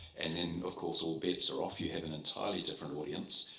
and then, of course, all bets are off. you have an entirely different audience.